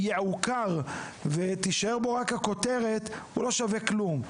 יעוקר ותישאר בו רק הכותרת הוא לא שווה כלום.